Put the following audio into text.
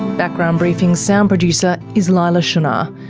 background briefing's sound producer is leila shunnar.